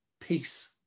peace